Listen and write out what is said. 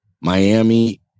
Miami